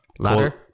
Ladder